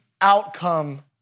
outcome